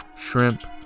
shrimp